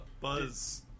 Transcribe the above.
Buzz